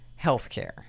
healthcare